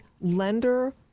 lender